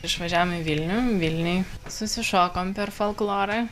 išvažiavom į vilnių vilniuj susišokom per folklorą